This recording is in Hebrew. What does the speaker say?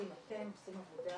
אתם עושים עבודה